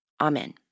Amen